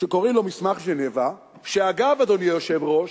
שקוראים לו מסמך ז'נבה, ואגב, אדוני היושב-ראש,